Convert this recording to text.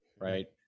right